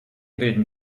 bilden